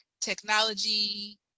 technology